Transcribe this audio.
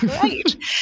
great